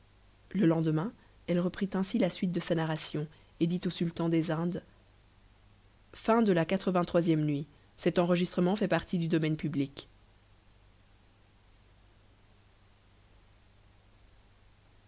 le lendemain elle reprit ainsi la suite de sa narration et dit au sultan des indes lxxxiv nuit